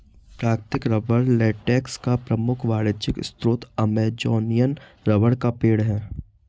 प्राकृतिक rubber latex का प्रमुख वाणिज्यिक स्रोत अमेज़ॅनियन रबर का पेड़ है